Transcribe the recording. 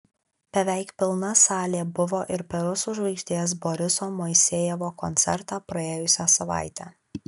beveik pilna salė buvo ir per rusų žvaigždės boriso moisejevo koncertą praėjusią savaitę